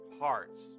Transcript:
hearts